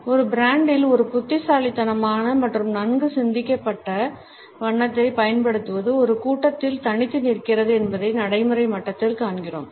ஒரு பிராண்டில் ஒரு புத்திசாலித்தனமான மற்றும் நன்கு சிந்திக்கப்பட்ட வண்ணத்தைப் பயன்படுத்துவது ஒரு கூட்டத்தில் தனித்து நிற்கிறது என்பதை நடைமுறை மட்டத்தில் காண்கிறோம்